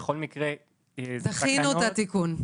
ובכל מקרה זה תקנות --- תכינו את התיקון,